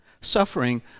Suffering